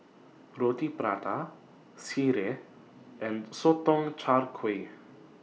Roti Prata Sireh and Sotong Char Kway